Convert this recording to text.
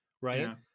right